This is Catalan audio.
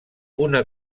una